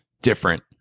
different